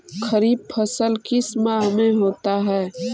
खरिफ फसल किस माह में होता है?